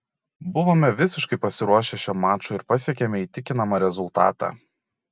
buvome visiškai pasiruošę šiam mačui ir pasiekėme įtikinamą rezultatą